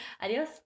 adios